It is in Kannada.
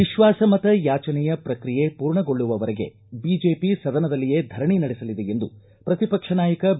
ವಿಶ್ವಾಸ ಮತ ಯಾಚನೆಯ ಪ್ರಕ್ರಿಯೆ ಪೂರ್ಣಗೊಳ್ಳುವ ವರೆಗೆ ಬಿಜೆಪಿ ಸದನದಲ್ಲಿಯೇ ಧರಣಿ ನಡೆಸಲಿದೆ ಎಂದು ಪ್ರತಿಪಕ್ಷ ನಾಯಕ ಬಿ